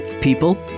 People